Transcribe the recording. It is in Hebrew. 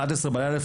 אחת עשרה בלילה,